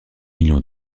millions